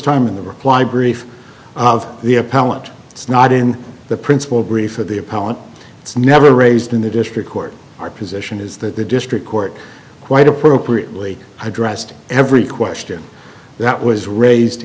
time in the reply brief of the appellant it's not in the principle brief of the opponent it's never raised in the district court our position is that the district court quite appropriately addressed every question that was raised